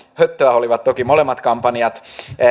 höttöä olivat toki molemmat kampanjat